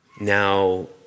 now